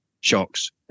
shocks